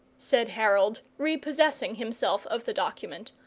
said harold, repossessing himself of the document.